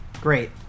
great